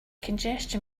congestion